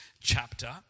chapter